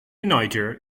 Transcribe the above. niger